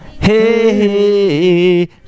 hey